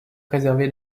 préservé